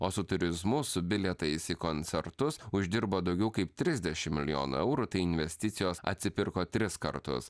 o su turizmu su bilietais į koncertus uždirbo daugiau kaip trisdešim milijonų eurų tai investicijos atsipirko tris kartus